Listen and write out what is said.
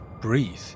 breathe